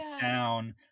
down